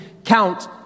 count